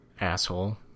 Asshole